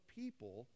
people